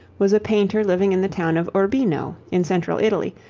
was a painter living in the town of urbino, in central italy,